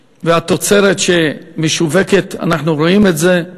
התוצרת שמשווקת מהמגזר החקלאי, אנחנו רואים את זה,